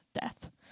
death